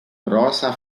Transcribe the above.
prosa